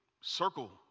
circle